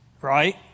Right